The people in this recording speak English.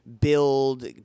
build